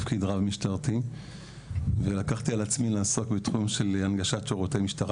בתפקיד רב משטרתי ולקחתי על עצמי לעסוק בתחום של הנגשת שירותי משטרה,